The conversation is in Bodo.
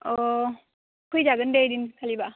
औ फैजागोन दे ओइदिनखालिबा